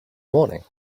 morning